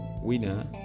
winner